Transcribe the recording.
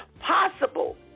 possible